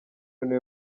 niwe